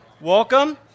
Welcome